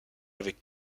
avec